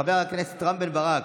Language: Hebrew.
חבר הכנסת רם בן ברק,